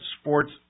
sports